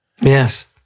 Yes